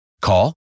Call